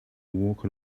walk